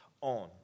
on